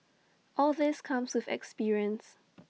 all this comes with experience